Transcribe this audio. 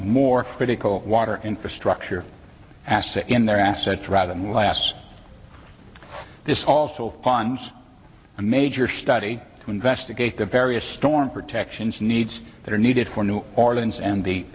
more critical water infrastructure assets in their assets rather than less this also funds a major study to investigate the various storm protections needs that are needed for new orleans and the